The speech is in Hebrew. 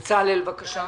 בצלאל, בבקשה.